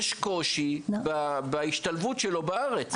יש קושי בהשתלבות שלו בארץ.